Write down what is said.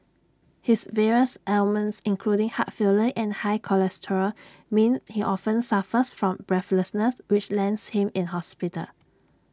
his various ailments including heart failure and high cholesterol mean he often suffers from breathlessness which lands him in hospital